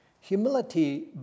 Humility